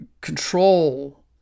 control